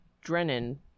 Drennan